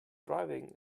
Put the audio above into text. driving